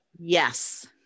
Yes